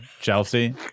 Chelsea